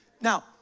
Now